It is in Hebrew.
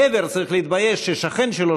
גבר צריך להתבייש ששכן שלו,